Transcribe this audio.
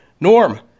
Norm